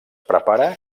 prepara